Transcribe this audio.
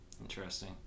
Interesting